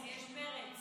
כנ"ל לגביי.